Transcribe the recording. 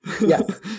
Yes